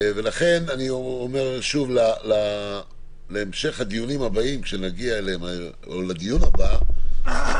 לכן אני אומר להמשך הדיונים הבאים אני מבקש